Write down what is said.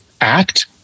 ACT